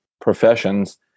professions